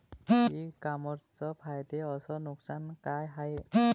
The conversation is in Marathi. इ कामर्सचे फायदे अस नुकसान का हाये